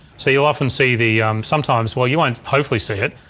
so you'll often see the, sometimes, well you won't hopefully see it.